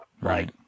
Right